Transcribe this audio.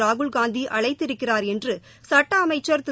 ராகுல்காந்தி அழைத்திருக்கிறார் என்று சுட்ட அமைச்சன் திரு